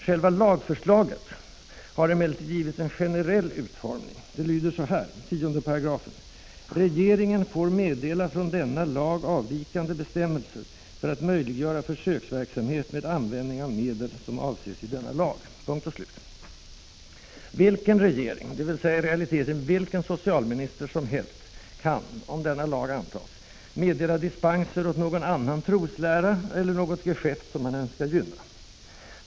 Själva lagförslaget har emellertid givits en generell utformning. I 10 § heter det nämligen: ”Regeringen får för särskilt fall besluta om dispens från denna lag för att möjliggöra försöksverksamhet med användning av medel som avses i lagen.” Vilken regering som helst — dvs. i realiteten vilken socialminister som helst — kan, om denna lag antas, meddela dispenser åt någon annan troslära eller något geschäft, som man önskar gynna.